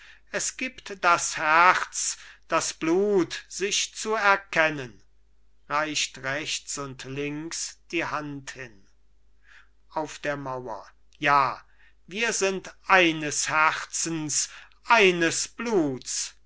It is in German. es gibt das herz das blut sich zu erkennen reicht rechts und links die hand hin auf der mauer ja wir sind eines herzens eines bluts